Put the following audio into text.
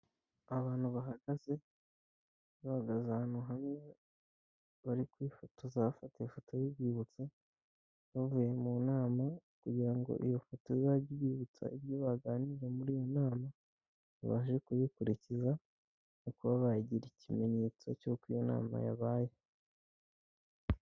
Abantu bahagaze, bahagaze ahantu hamwe bari kwifotoza bafata ifoto y'urwibutso, bavuye mu nama kugira ngo iyo foto izajye ibibutsa ibyo baganiriye muri iyo nama, babashe kubikurikiza mu kuba bayigira ikimenyetso cy'uko iyo nama yabaye.